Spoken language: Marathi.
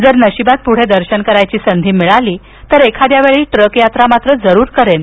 जर नशिबात पुढे दर्शन करण्याची संधी मिळाली तर एखाद्या वेळी ट्रक यात्रा जरूर करेन